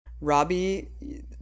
Robbie